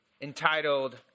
entitled